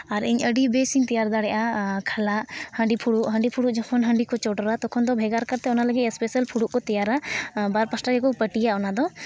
ᱟᱨ ᱤᱧ ᱟᱹᱰᱤ ᱵᱮᱥᱤᱧ ᱛᱮᱭᱟᱨ ᱫᱟᱲᱮᱭᱟᱜᱼᱟ ᱠᱷᱟᱞᱟᱜ ᱦᱟᱺᱰᱤ ᱯᱷᱩᱲᱩᱜ ᱦᱟᱺᱰᱤ ᱠᱚ ᱪᱚᱰᱚᱨᱟ ᱛᱚᱠᱷᱚᱱ ᱵᱷᱮᱜᱟᱨ ᱠᱟᱛᱮᱫ ᱥᱯᱮᱥᱟᱞ ᱯᱷᱩᱲᱩᱜ ᱠᱚ ᱛᱮᱭᱟᱨᱟ ᱵᱟᱨ ᱯᱟᱦᱴᱟ ᱜᱮᱠᱚ ᱯᱟᱹᱴᱤᱭᱟ ᱚᱱᱟᱫᱚ